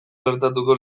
gertatuko